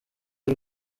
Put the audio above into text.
y’u